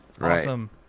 awesome